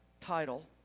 title